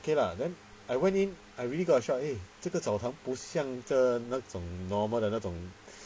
okay lah then I went in I really got a shock eh 这个澡堂不像的那种 normal 的那种